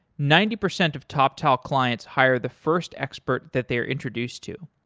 ninety percent of toptal clients hire the first expert that they're introduced to.